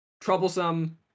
troublesome